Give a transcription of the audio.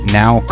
now